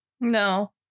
No